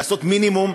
לעשות מינימום.